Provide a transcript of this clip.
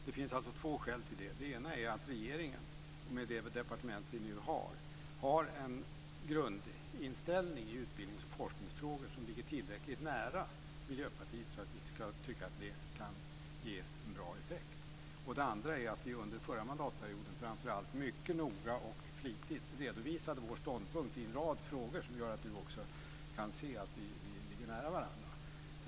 Det finns två skäl till det. Det ena är att regeringen och departementet har en grundinställning i utbildnings och forskningsfrågor som ligger tillräckligt nära Miljöpartiet för att vi ska tycka att det kan ge en bra effekt. Det andra skälet är att vi under förra mandatperioden mycket noga och flitigt redovisade vår ståndpunkt i en rad frågor som gör att Birgitta Sellén kan se att vi ligger nära varandra.